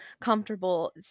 comfortable